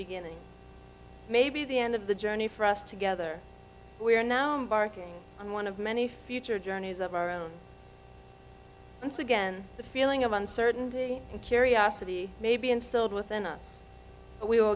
beginning maybe the end of the journey for us together we are now barking on one of many future journeys of our own once again the feeling of uncertainty and curiosity maybe instilled within us we will